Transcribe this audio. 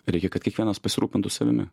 reikia kad kiekvienas pasirūpintų savimi